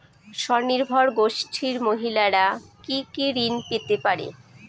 স্বনির্ভর গোষ্ঠীর মহিলারা কি কি ঋণ পেতে পারে?